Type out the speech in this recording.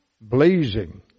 blazing